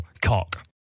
cock